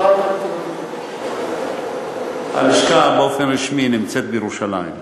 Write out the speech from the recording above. ההודעה יצאה מתל-אביב.